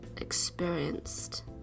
experienced